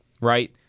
Right